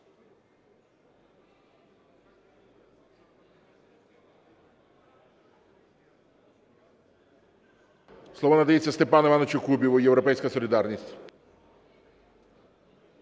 Слово надається Степану Івановичу Кубіву, "Європейська солідарність".